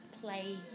play